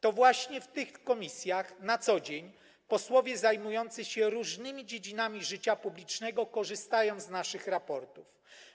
To właśnie w tych komisjach na co dzień posłowie zajmujący się różnymi dziedzinami życia publicznego korzystają z naszych raportów.